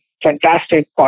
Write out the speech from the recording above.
fantastic